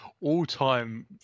all-time